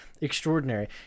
extraordinary